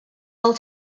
all